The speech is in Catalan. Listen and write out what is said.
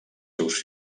seus